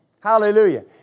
Hallelujah